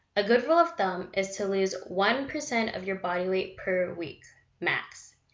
a good rule of thumb is to lose one percent of your body weight per week, max.